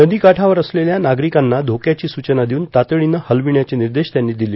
नदीकाठावर असलेल्या नागरिकांना धोक्याची सूचना देऊन तातडीनं हलविण्याचे निर्देश त्यांनी दिली